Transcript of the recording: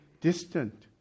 distant